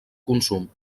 consum